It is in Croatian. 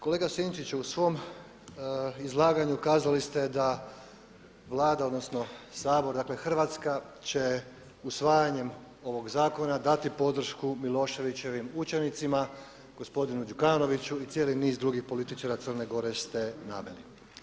Kolega Sinčiću, u svom izlaganju kazali ste da Vlada, odnosno Sabor, dakle Hrvatska će usvajanjem ovog zakona dati podršku Miloševićevim učenicima, gospodinu Đukanoviću i cijeli niz drugih političara Crne Gore ste naveli.